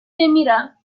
نمیرم